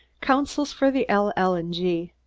councils for the l. l. and g.